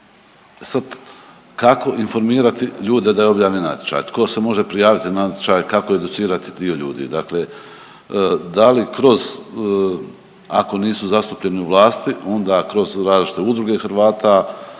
sad kako informirati ljude da je objavljen natječaj, tko se može prijaviti na natječaj, kako educirati dio ljudi? Dakle, da li kroz ako nisu zastupljeni u vlasti, onda kroz različite udruge Hrvata,